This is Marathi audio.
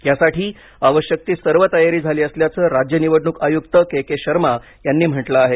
यासाठी आवश्यक ती सर्व तयारी झाली असल्याचं राज्य निवडूक आयुक्त के के शर्मा यांनी म्हटलं आहे